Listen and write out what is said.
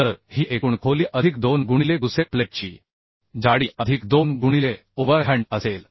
तर ही एकूण खोली अधिक 2 गुणिले गुसेट प्लेटची जाडी अधिक 2 गुणिले ओव्हरहँड असेल